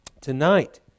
tonight